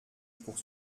pour